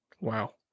Wow